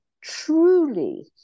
truly